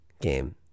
game